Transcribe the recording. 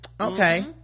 okay